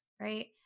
right